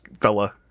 fella